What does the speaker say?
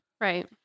Right